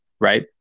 Right